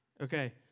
Okay